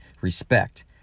respect